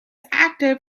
active